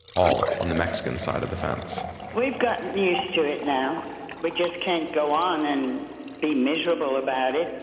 all on the mexican side of the fence we've gotten used to it. now we just can't go on and be miserable about it.